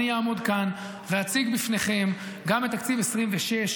אני אעמוד כאן ואציג בפניכם גם את תקציב 2026,